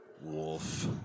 Wolf